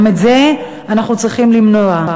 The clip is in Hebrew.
גם את זה אנחנו צריכים למנוע.